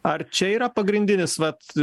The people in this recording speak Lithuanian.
ar čia yra pagrindinis vat